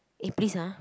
eh please ah